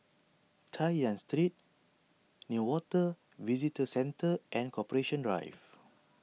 Chay Yan Street Newater Visitor Centre and Corporation Drive